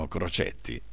Crocetti